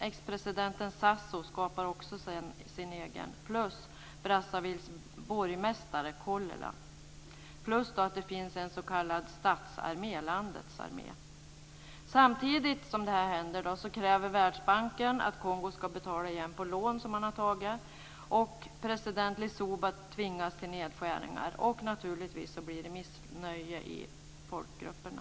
Expresidenten Sassou-Nguesso skapar också sin egen plus Brazzavilles borgmästare Kolelas. Det finns också en s.k. statsarmé, dvs. landets armé. Samtidigt som detta händer kräver Världsbanken att Kongo ska betala igen på lån som det har taget. President Lissouba tvingas till nedskärningar, och naturligtvis blir det missnöje i folkgrupperna.